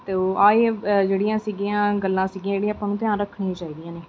ਤਾਂ ਉਹ ਇਹ ਹੀ ਜਿਹੜੀਆਂ ਸੀਗੀਆਂ ਗੱਲਾਂ ਸੀਗੀਆਂ ਜਿਹੜੀ ਆਪਾਂ ਨੂੰ ਧਿਆਨ ਰੱਖਣੀਆਂ ਚਾਹੀਦੀਆਂ ਨੇ